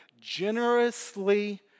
generously